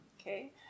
okay